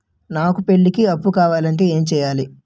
నాకు పెళ్లికి అప్పు కావాలంటే ఏం చేయాలి?